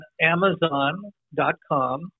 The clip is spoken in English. amazon.com